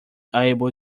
able